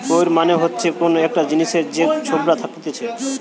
কৈর মানে হচ্ছে কোন একটা জিনিসের যে ছোবড়া থাকতিছে